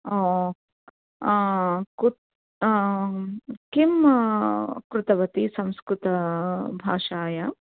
ओ कुत् किं कृतवती संस्कृतभाषायां